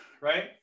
right